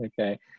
Okay